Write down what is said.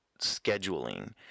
scheduling